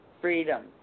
freedom